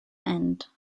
end